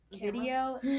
video